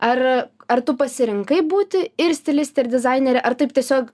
ar ar tu pasirinkai būti ir stilistė ir dizainerė ar taip tiesiog